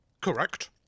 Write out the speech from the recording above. Correct